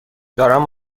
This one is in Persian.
دارم